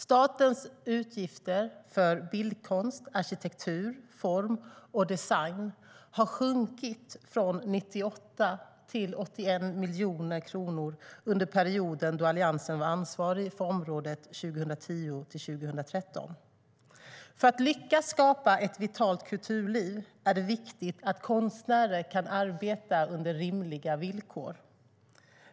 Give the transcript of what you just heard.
Statens utgifter för bildkonst, arkitektur, form och design sjönk från 98 till 81 miljoner kronor under perioden 2010-2013, då Alliansen var ansvarig för området. För att lyckas skapa ett vitalt kulturliv är det viktigt att konstnärerna kan arbeta under rimliga villkor.